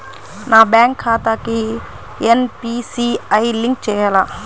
నా బ్యాంక్ ఖాతాకి NPCI link చేయాలా?